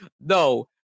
No